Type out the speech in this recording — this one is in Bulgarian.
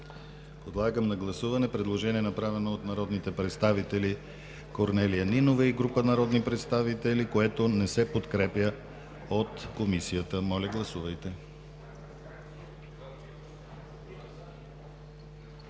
Подлагам на гласуване предложение, направено от народните представители Корнелия Нинова и група народни представители, което не се подкрепя от Комисията. Гласували